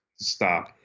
Stop